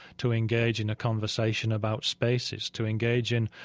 to engage in a conversation about spaces, to engage in,